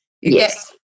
yes